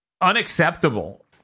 unacceptable